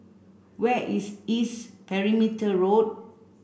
where is East Perimeter Road